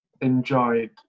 enjoyed